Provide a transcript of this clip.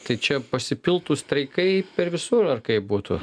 tai čia pasipiltų streikai per visur ar kaip būtų